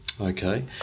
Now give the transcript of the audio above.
Okay